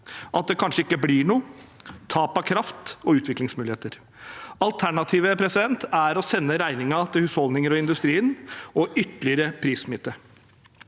at det kanskje ikke blir noe, tap av kraft og utviklingsmuligheter. Alternativet er å sende regningen til husholdninger og industrien og ytterligere prissmitte.